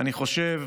אני חושב,